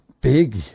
big